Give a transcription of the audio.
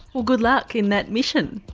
well good luck in that mission,